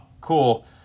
cool